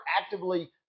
actively